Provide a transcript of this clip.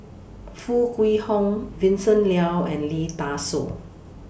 Foo Kwee Horng Vincent Leow and Lee Dai Soh